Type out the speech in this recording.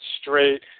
straight